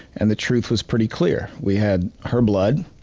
and the truth was pretty clear. we had her blood,